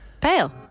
pale